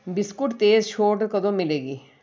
biscuit 'ਤੇ ਛੋਟ ਕਦੋਂ ਮਿਲੇਗੀ